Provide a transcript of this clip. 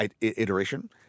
iteration